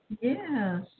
Yes